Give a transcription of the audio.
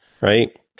right